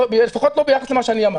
לפחות לא ביחס למה שאני אמרתי.